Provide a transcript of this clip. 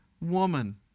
woman